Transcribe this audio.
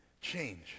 change